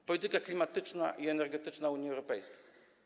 To polityka klimatyczna i energetyczna Unii Europejskiej.